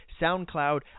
SoundCloud